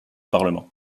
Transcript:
parlement